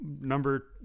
number